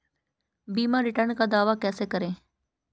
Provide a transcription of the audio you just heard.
बीमा रिटर्न का दावा कैसे करें?